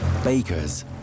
Bakers